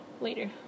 later